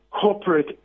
corporate